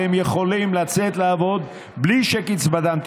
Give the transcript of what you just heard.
והם יכולים לצאת לעבוד בלי שקצבתם תיפגע.